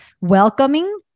welcoming